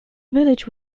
village